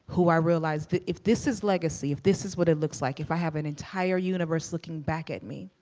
who i realized that if this is legacy, if this is what it looks like if i have an entire universe looking back at me,